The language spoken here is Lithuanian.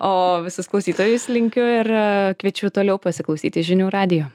o visus klausytojus linkiu ir kviečiu toliau pasiklausyti žinių radijo